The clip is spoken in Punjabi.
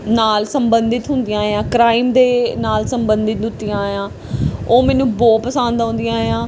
ਨਾਲ ਸੰਬੰਧਿਤ ਹੁੰਦੀਆਂ ਜਾਂ ਕ੍ਰਾਈਮ ਦੇ ਨਾਲ ਸੰਬੰਧਿਤ ਹੁੰਦੀਆਂ ਆ ਉਹ ਮੈਨੂੰ ਬਹੁਤ ਪਸੰਦ ਆਉਂਦੀਆਂ ਆ